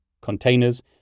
containers